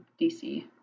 DC